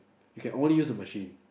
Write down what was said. you can only use the machine